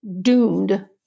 doomed